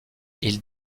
ils